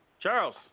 Charles